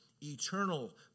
eternal